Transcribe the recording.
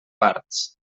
parts